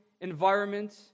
environment